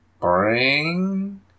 Bring